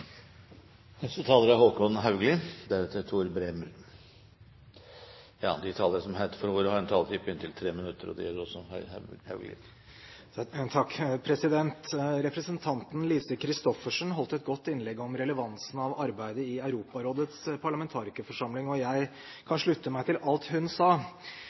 De talere som heretter får ordet, har en taletid på inntil 3 minutter. Representanten Lise Christoffersen holdt et godt innlegg om relevansen av arbeidet i Europarådets parlamentarikerforsamling, og jeg kan slutte meg til alt hun sa.